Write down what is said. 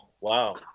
wow